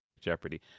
jeopardy